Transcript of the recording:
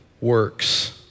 works